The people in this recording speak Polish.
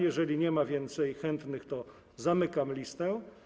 Jeżeli nie ma więcej chętnych, to zamykam listę.